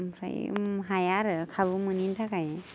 ओमफ्राय हाया आरो खाबु मोनैनि थाखाय